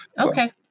Okay